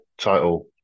title